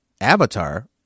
Avatar